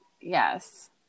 yes